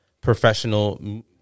professional